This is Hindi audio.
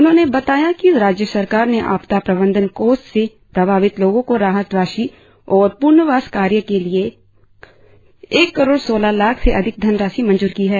उन्होंने बताया कि राज्य सरकार ने आपदा प्रबंधन कोष से प्रभावित लोगों को राहत राशि और पुनर्वास कार्य के लिए एक करोड़ सोलह लाख से अधिक धनराशि मंजूर की है